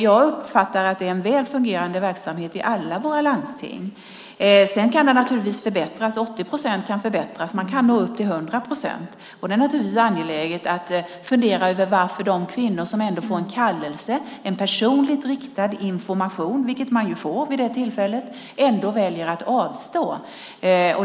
Jag uppfattar att det är en väl fungerande verksamhet i alla våra landsting. Sedan kan den naturligtvis förbättras. Siffran 80 procent kan förbättras. Man kan nå upp till 100 procent. Det är naturligtvis angeläget att fundera över varför de kvinnor som får en kallelse, en personligt riktad information, ändå väljer att avstå.